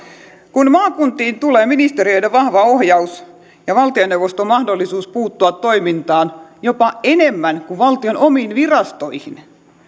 kun maakuntiin tulee ministeriöiden vahva ohjaus ja valtioneuvoston mahdollisuus puuttua toimintaan jopa enemmän kuin valtion omiin virastoihin